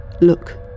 Look